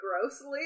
grossly